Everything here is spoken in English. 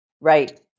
Right